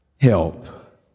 help